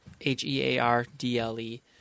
H-E-A-R-D-L-E